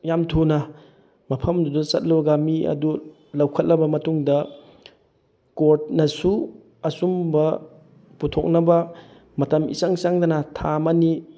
ꯌꯥꯝ ꯊꯨꯅ ꯃꯐꯝꯗꯨꯗ ꯆꯠꯂꯒ ꯃꯤ ꯑꯗꯨ ꯂꯧꯈꯠꯂꯕ ꯃꯇꯨꯡꯗ ꯀꯣꯔꯠꯅꯁꯨ ꯑꯆꯨꯝꯕ ꯄꯨꯊꯣꯛꯅꯕ ꯃꯇꯝ ꯏꯆꯪ ꯆꯪꯗꯅ ꯊꯥ ꯑꯃꯅꯤ